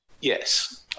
Yes